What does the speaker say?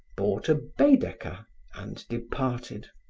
bought a baedeker and departed.